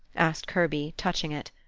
asked kirby, touching it.